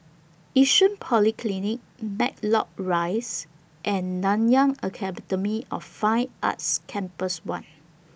Yishun Polyclinic Matlock Rise and Nanyang Academy of Fine Arts Campus one